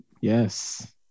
Yes